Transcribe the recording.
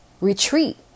retreat